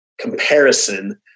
comparison